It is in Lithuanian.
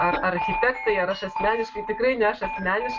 ar architektai ar aš asmeniškai tikrai ne aš asmeniškai